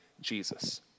Jesus